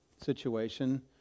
situation